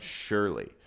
surely